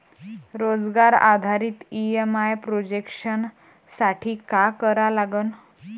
रोजगार आधारित EMI projection साठी का करा लागन?